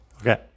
Okay